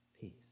peace